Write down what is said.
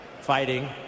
fighting